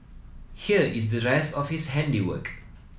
here is the rest of his handiwork